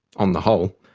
on the whole,